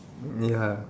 ya